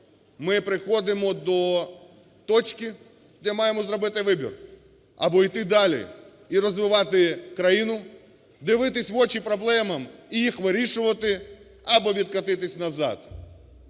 ми приходимо до точки, де маємо зробити вибір: або іти далі і розвивати країну, дивитися в очі проблемам і їх вирішувати; або відкотитись назад.